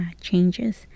changes